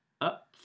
up